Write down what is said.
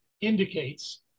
indicates